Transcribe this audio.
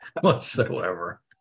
whatsoever